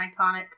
iconic